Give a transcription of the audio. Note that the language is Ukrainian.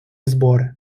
збори